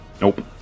Nope